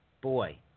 Boy